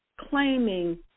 claiming